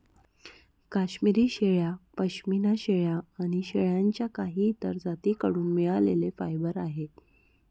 काश्मिरी शेळ्या, पश्मीना शेळ्या आणि शेळ्यांच्या काही इतर जाती कडून मिळालेले फायबर आहे